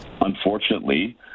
unfortunately